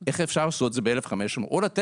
ה-1,500 שקלים שמתקבלים לשכר,